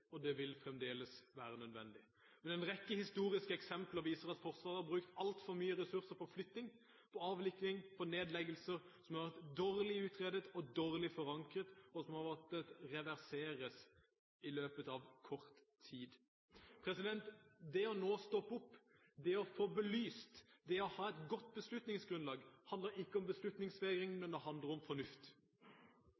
og det vil fremdeles være nødvendig. Men en rekke historiske eksempler viser at Forsvaret har brukt altfor mye ressurser på flytting, avvikling og nedleggelser som har vært dårlig utredet og dårlig forankret, og som har måttet reverseres i løpet av kort tid. Det å nå stoppe opp, det å få belyst, det å ha et godt beslutningsgrunnlag handler ikke om beslutningsvegring,